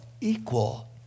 equal